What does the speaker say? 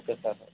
okay sir